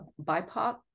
BIPOC